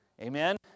Amen